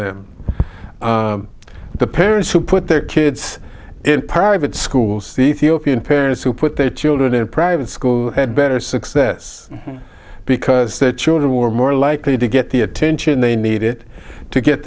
them the parents who put their kids in private schools the ethiopian parents who put their children in private school had better success because their children were more likely to get the attention they needed to get